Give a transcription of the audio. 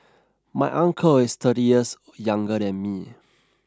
my uncle is thirty years younger than me